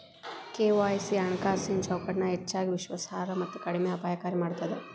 KYC ಹಣಕಾಸಿನ್ ಚೌಕಟ್ಟನ ಹೆಚ್ಚಗಿ ವಿಶ್ವಾಸಾರ್ಹ ಮತ್ತ ಕಡಿಮೆ ಅಪಾಯಕಾರಿ ಮಾಡ್ತದ